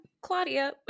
Claudia